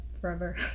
forever